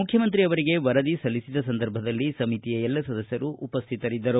ಮುಖ್ಖಮಂತ್ರಿ ಅವರಿಗೆ ವರದಿ ಸಲ್ಲಿಸಿದ ಸಂದರ್ಭದಲ್ಲಿ ಸಮಿತಿಯ ಎಲ್ಲ ಸದಸ್ಟರು ಉಪಸ್ಟಿತರಿದ್ದರು